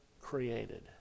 created